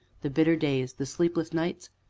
the bitter days, the sleepless nights?